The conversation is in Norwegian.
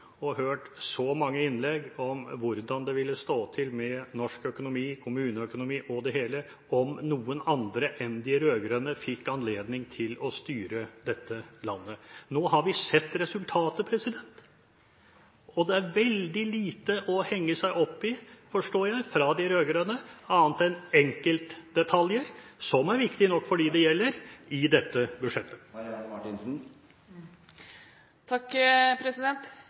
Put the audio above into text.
og hørt så mange innlegg om hvordan det ville stå til med norsk økonomi, kommuneøkonomi og det hele om noen andre enn de rød-grønne fikk anledning til å styre dette landet. Nå har vi sett resultatet, og det er veldig lite å henge seg opp i, forstår jeg, for de rød-grønne, annet enn enkeltdetaljer – som er viktige nok for dem det gjelder – i dette budsjettet.